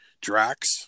Drax